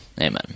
Amen